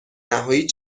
نهایی